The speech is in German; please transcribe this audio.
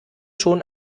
schon